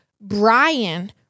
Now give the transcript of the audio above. Brian